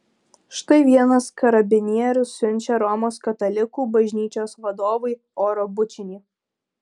štai vienas karabinierius siunčia romos katalikų bažnyčios vadovui oro bučinį